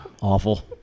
Awful